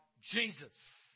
Jesus